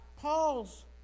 Paul's